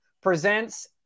presents